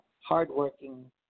hardworking